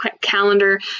calendar